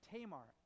Tamar